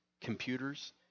computers